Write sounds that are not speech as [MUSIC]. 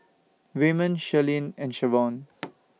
Raymon Shirlene and Shavonne [NOISE]